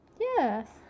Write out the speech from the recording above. Yes